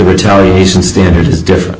retaliation standard is different